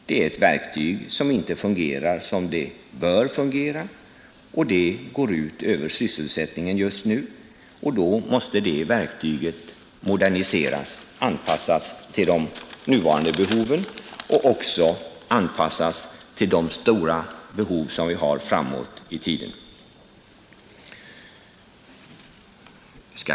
Den är ett verktyg som inte fungerar som det bör, och det går just nu ut över sysselsättningen. Men då måste det verktyget moderniseras och anpassas till behoven i dag och till de stora behov som vi kommer att få längre fram.